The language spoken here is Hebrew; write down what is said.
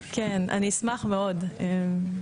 אמן.